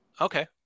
Okay